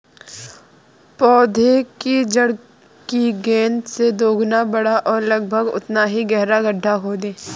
पौधे की जड़ की गेंद से दोगुना बड़ा और लगभग उतना ही गहरा गड्ढा खोदें